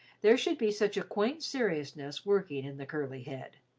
there should be such a quaint seriousness working in the curly head.